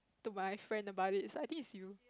to my friend about it I think it's you